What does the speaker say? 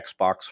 Xbox